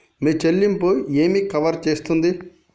మీ చెల్లింపు ఏమి కవర్ చేస్తుంది?